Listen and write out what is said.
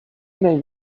name